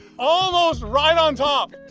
almost right on top!